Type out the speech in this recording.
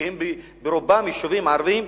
שהם ברובם יישובים ערביים,